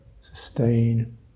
sustain